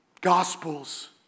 Gospels